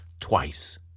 twice